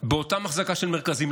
באותה אחזקה של מרכזים,